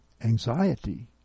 anxiety